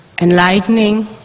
enlightening